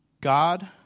God